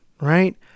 right